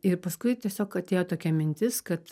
ir paskui tiesiog atėjo tokia mintis kad